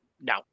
no